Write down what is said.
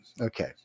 okay